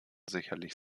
sicherlich